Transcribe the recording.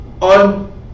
On